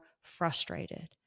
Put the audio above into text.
frustrated